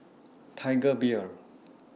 Tiger Beer